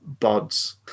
bods